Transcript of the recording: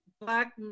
black